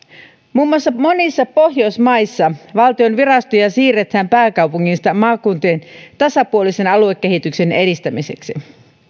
muun muassa monissa pohjoismaissa valtion virastoja siirretään pääkaupungista maakuntiin tasapuolisen aluekehityksen edistämiseksi